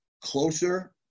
Closer